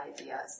ideas